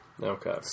Okay